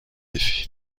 effet